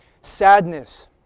sadness